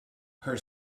her